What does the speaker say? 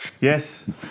Yes